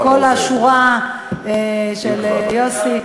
של כל השורה של יוסי,